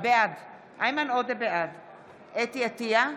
בעד חוה אתי עטייה,